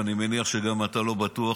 ואני מניח שגם אתה לא בטוח,